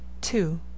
two